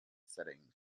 setting